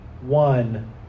one